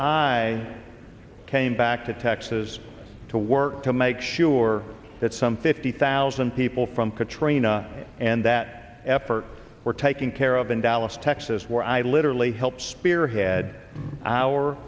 i came back to texas to work to make sure that some fifty thousand people from katrina and that effort we're taking care of in dallas texas where i literally helps spearhead our